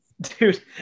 Dude